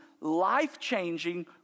life-changing